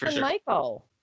Michael